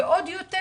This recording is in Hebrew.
ועוד יותר,